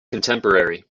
contemporary